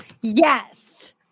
Yes